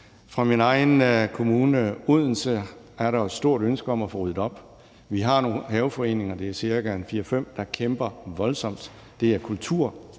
Fra min egen kommunes side, Odense, er der jo et stort ønske om at få ryddet op. Vi har nogle haveforeninger – det er ca. 4-5 stykker – der kæmper voldsomt. Det er kulturkamp